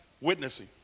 witnessing